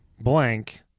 blank